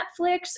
Netflix